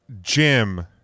Jim